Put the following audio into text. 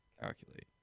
Calculate